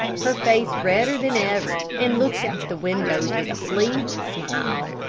her face redder than ever, and looked at the windows with a pleased smile.